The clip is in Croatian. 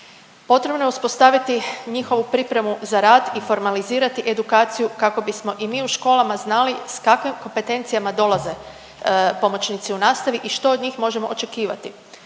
Potrebno je uspostaviti njihovu pripremu za rad i formalizirati edukaciju kako bismo i mi u školama znali s kakvim kompetencijama dolaze pomoćnici u nastavi i što od njih možemo očekivati.